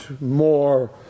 more